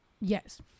Yes